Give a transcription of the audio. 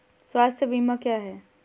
स्वास्थ्य बीमा क्या है?